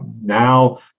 Now